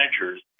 managers